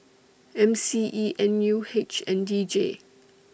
M C E N U H and D J